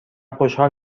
خوشحال